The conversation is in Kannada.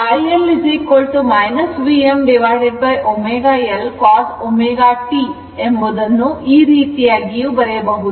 iL Vmω L cos ω t ಈ ರೀತಿಯಾಗಿ ಬರೆಯಬಹುದು